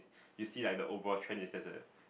you see like the overall trend is there's a